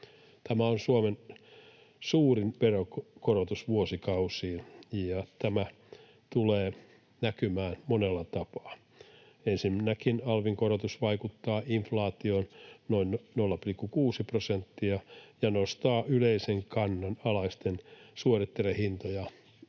Tämä on Suomen suurin veronkorotus vuosikausiin, ja tämä tulee näkymään monella tapaa. Ensinnäkin alvin korotus vaikuttaa inflaatioon noin 0,6 prosenttia ja nostaa yleisen kannan alaisten suoritteiden hintoja 1,2